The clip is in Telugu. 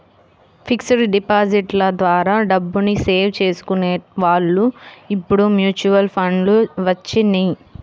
ఫిక్స్డ్ డిపాజిట్ల ద్వారా డబ్బుని సేవ్ చేసుకునే వాళ్ళు ఇప్పుడు మ్యూచువల్ ఫండ్లు వచ్చినియ్యి